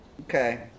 Okay